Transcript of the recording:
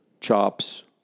chops